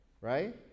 right